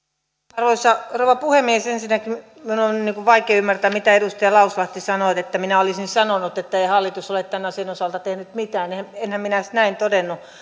arvoisa rouva puhemies ensinnäkin minun on vaikea ymmärtää mitä edustaja lauslahti sanoi että minä olisin sanonut ettei hallitus ole tämän asian osalta tehnyt mitään enhän minä näin todennut